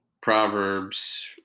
proverbs